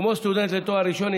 כמו סטודנט לתואר ראשון,